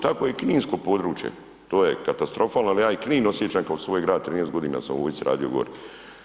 Tako i kninsko područje to je katastrofalno, ali ja i Knin osjećam kao svoj grad 13 godina sam radio u vojsci radio gore.